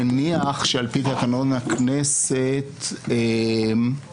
מניח שעל פי בתקנון הכנסת הוועדה